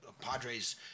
Padres